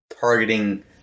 targeting